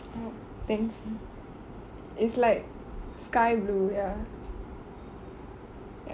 thanks it's like sky blue ya